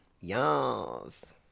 Yes